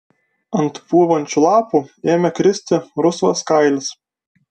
ant pūvančių lapų ėmė kristi rusvas kailis